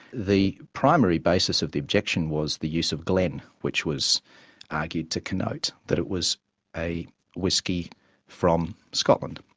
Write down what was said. the primary basis of the objection was the use of glen which was argued to connote that it was a whisky from scotland.